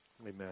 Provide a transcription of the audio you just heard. Amen